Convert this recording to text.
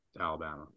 Alabama